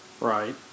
Right